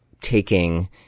taking